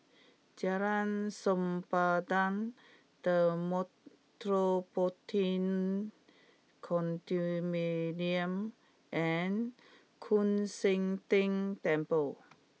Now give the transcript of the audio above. Jalan Sempadan The Metropolitan Condominium and Koon Seng Ting Temple